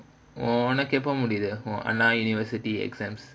உனக்கு எப்போ முடியுது அண்ணா:unakku eppo mudiyuthu anna university exams